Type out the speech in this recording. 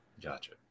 Gotcha